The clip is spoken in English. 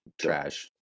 trash